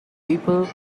people